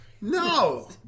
No